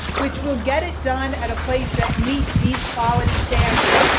which will get it done at a place that meets these quality standards.